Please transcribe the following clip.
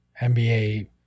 nba